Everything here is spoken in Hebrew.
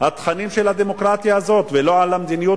התכנים של הדמוקרטיה הזאת ולא על המדיניות